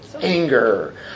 anger